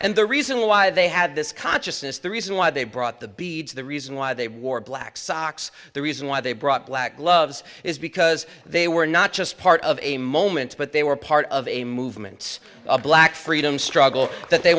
and the reason why they have this consciousness the reason why they brought the beads the reason why they wore black socks the reason why they brought black gloves is because they were not just part of a moment but they were part of a movement of black freedom struggle that they